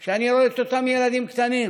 הוא כשאני רואה את אותם ילדים קטנים,